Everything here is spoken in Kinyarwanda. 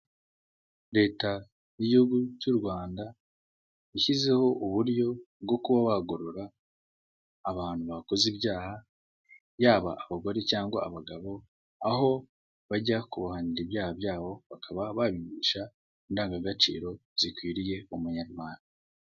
Leta y'igihugu cy'u Rwanda yashyizeho uburyo bwo kuba wagorora abantu bakoze ibyaha yaba abagore cyangwa abagabo, aho bajya kubahanira ibyaha byabo bakaba babigisha indangagaciro zikwiriye umunyarwanda.